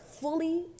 fully